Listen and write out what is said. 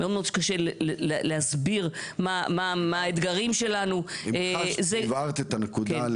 מאוד קשה להסביר מה האתגרים שלנו אני חש שהבהרת את הנקודה,